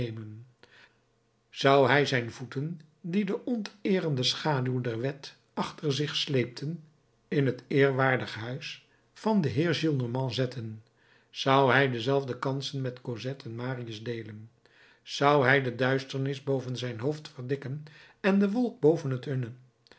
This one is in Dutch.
zou hij zijn voeten die de onteerende schaduw der wet achter zich sleepten in het eerwaardig huis van den heer gillenormand zetten zou hij dezelfde kansen met cosette en marius deelen zou hij de duisternis boven zijn hoofd verdikken en de wolk boven het